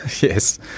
yes